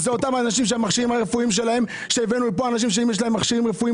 אותם אנשים שיש להם מכשירים רפואיים,